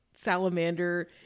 salamander